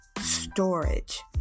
storage